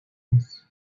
peace